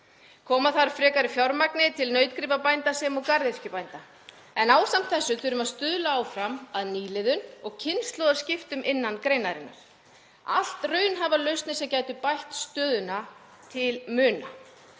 Koma þarf frekari fjármagni til nautgripabænda sem og garðyrkjubænda. En ásamt þessu þurfum við áfram að stuðla að nýliðun og kynslóðaskiptum innan greinarinnar. Allt raunhæfar lausnir sem gætu bætt stöðuna til muna.